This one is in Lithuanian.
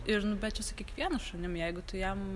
ir nu bet čia su kiekvienu šunim jeigu tu jam